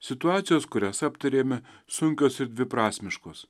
situacijos kurias aptarėme sunkios ir dviprasmiškos